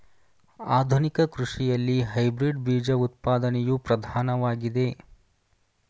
ಆಧುನಿಕ ಕೃಷಿಯಲ್ಲಿ ಹೈಬ್ರಿಡ್ ಬೀಜ ಉತ್ಪಾದನೆಯು ಪ್ರಧಾನವಾಗಿದೆ